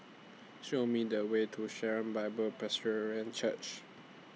Show Me The Way to Sharon Bible Presbyterian Church